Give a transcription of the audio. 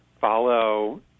follow